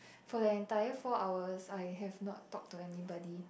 for the entire four hours I have not talk to anybody